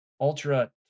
ultra